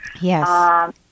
Yes